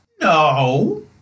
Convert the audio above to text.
No